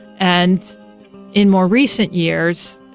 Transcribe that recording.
and in more recent years,